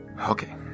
Okay